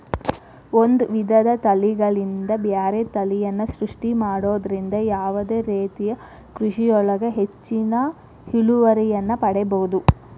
ಒಂದ್ ವಿಧದ ತಳಿಗಳಿಂದ ಬ್ಯಾರೆ ತಳಿಯನ್ನ ಸೃಷ್ಟಿ ಮಾಡೋದ್ರಿಂದ ಯಾವದೇ ರೇತಿಯ ಕೃಷಿಯೊಳಗ ಹೆಚ್ಚಿನ ಇಳುವರಿಯನ್ನ ಪಡೇಬೋದು